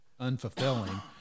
unfulfilling